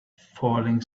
falling